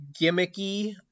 gimmicky